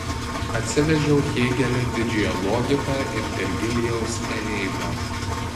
atsivežiau hėgelio didžiąją logiką ir vergilijaus eneidą